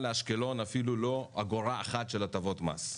לאשקלון אפילו לא אגורה אחת של הטבות מס.